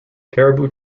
caribou